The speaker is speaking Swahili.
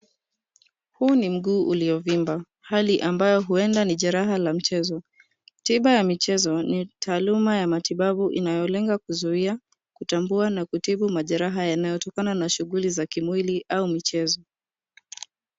Huu ni mguu uliovimba, hali ambayo huenda ni jeraha la mchezo. Tiba ya michezo ni taaluma ya matibabu inayolenga kuzuia, kutambua na kutibu majeraha yanayotokana na shughuli za kimwili au michezo.